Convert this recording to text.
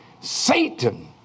Satan